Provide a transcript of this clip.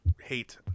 hate